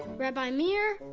rabbi meir,